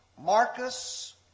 Marcus